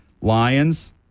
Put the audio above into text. Lions